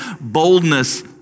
boldness